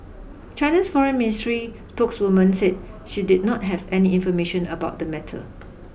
China's foreign ministry spokeswoman said she did not have any information about the matter